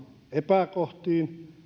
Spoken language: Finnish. epäkohtiin